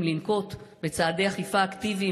לנקוט צעדי אכיפה אקטיביים,